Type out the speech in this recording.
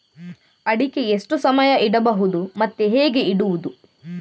ಅಡಿಕೆ ಎಷ್ಟು ಸಮಯ ಇಡಬಹುದು ಮತ್ತೆ ಹೇಗೆ ಇಡುವುದು?